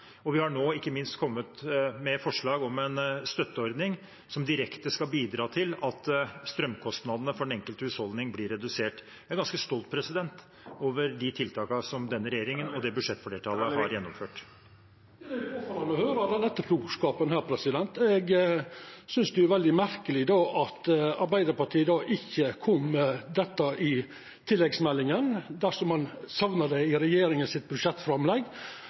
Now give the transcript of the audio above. og vi har nå ikke minst kommet med forslag om en støtteordning som direkte skal bidra til at strømkostnadene for den enkelte husholdning blir redusert. Jeg er ganske stolt over de tiltakene som denne regjeringen og dette budsjettflertallet har gjennomført. Det er påfallande å høyra denne etterpåklokskapen. Eg synest det er veldig merkeleg då at Arbeidarpartiet ikkje kom med dette i tilleggsmeldinga, dersom ein sakna det i den førre regjeringa sitt budsjettframlegg.